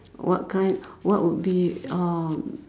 what kind what would be um